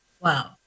Wow